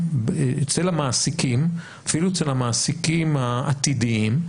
אצל המעסיקים, אפילו אצל המעסיקים העתידיים,